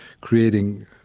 creating